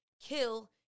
kill